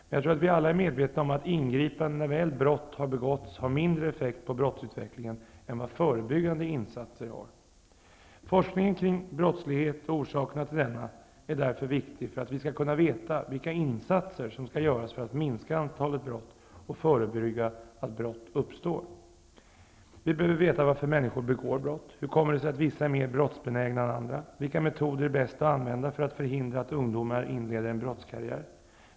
Men jag tror att vi alla är medvetna om att ingripanden när brott väl har begåtts har mindre effekt på brottsutvecklingen än vad förebyggande insatser har. Forskningen kring brottslighet och orsakerna till denna är därför viktig för att vi skall kunna veta vilka insatser som skall göras för att minska antalet brott och för att förebygga att brott uppstår. Vi behöver veta varför människor begår brott. Hur kommer det sig att vissa är mer brottsbenägna än andra? Vilka metoder är bäst att använda för att förhindra att ungdomar inleder en brottskarriär?